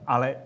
Ale